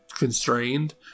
Constrained